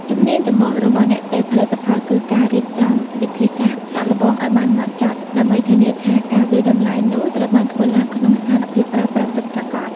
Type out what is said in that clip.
ជំនាញចម្បងរបស់អ្នកតេស្តផលិតផលគឺការរៀបចំវិធីសាស្ត្រសាកល្បងឱ្យបានហ្មត់ចត់ ដើម្បីធានាថាការវាយតម្លៃនោះត្រូវបានធ្វើឡើងក្នុងស្ថានភាពប្រើប្រាស់ពិតប្រាកដ។